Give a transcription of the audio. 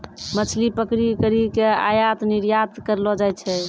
मछली पकड़ी करी के आयात निरयात करलो जाय छै